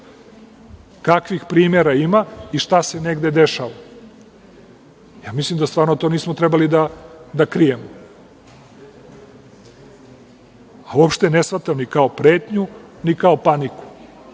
kakvih primera ima i šta se negde dešava. Ja mislim da stvarno to nismo trebali da krijemo. Uopšte ne shvatam ni kao pretnju, ni kao paniku,